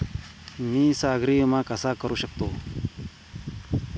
मी सागरी विमा कसा करू शकतो?